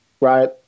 right